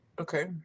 Okay